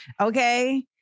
okay